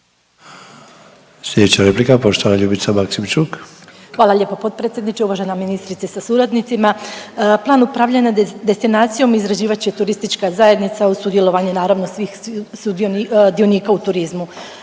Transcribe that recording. **Maksimčuk, Ljubica (HDZ)** Hvala lijepo potpredsjedniče, uvažena ministrice sa suradnicima. Plan upravljanja destinacijom izrađivat će turistička zajednica uz sudjelovanje naravno svih dionika u turizmu.